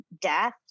death